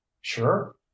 sure